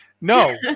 No